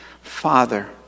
Father